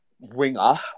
winger